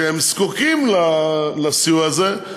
שזקוקים לסיוע הזה,